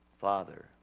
Father